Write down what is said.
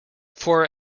for